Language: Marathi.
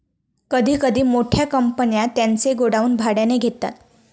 कधी कधी मोठ्या कंपन्या त्यांचे गोडाऊन भाड्याने घेतात